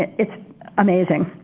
it's amazing.